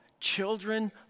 children